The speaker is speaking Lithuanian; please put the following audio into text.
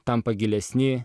tampa gilesni